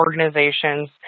organizations